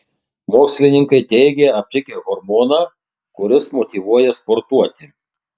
mokslininkai teigia aptikę hormoną kuris motyvuoja sportuoti